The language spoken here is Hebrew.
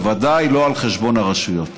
בוודאי לא על חשבון הרשויות.